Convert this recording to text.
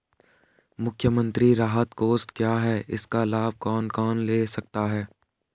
मुख्यमंत्री राहत कोष क्या है इसका लाभ कौन कौन ले सकता है?